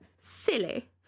silly